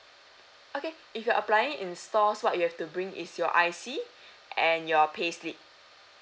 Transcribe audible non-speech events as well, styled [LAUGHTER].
okay if you're applying it in stores what you have to bring is your I_C [BREATH] and your payslip